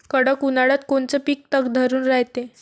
कडक उन्हाळ्यात कोनचं पिकं तग धरून रायते?